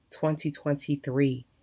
2023